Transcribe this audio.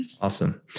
Awesome